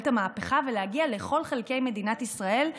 את המהפכה ולהגיע לכל חלקי מדינת ישראל,